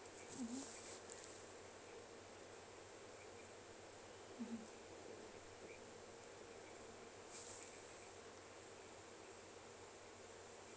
mmhmm mmhmm